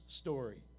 story